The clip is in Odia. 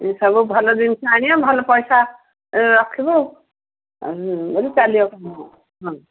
ଏଇ ସବୁ ଭଲ ଜିନିଷ ଆଣିବା ଭଲ ପଇସା ରଖିବୁ ବୋଲି ହଁ